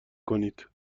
کنید